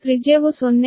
ಆದ್ದರಿಂದ ತ್ರಿಜ್ಯವು 0